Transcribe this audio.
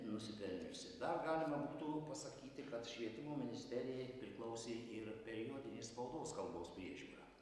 nusipelniusi dar galima būtų pasakyti kad švietimo ministerijai priklausė ir periodinės spaudos kalbos priežiūra